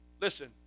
Listen